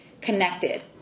connected